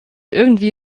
irgendwie